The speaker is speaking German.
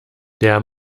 der